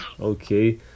Okay